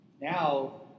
now